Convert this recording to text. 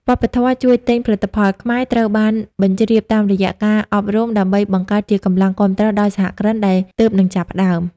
វប្បធម៌ "ជួយទិញផលិតផលខ្មែរ" ត្រូវបានបញ្ជ្រាបតាមរយៈការអប់រំ ដើម្បីបង្កើតជាកម្លាំងគាំទ្រដល់សហគ្រិនដែលទើបនឹងចាប់ផ្ដើម។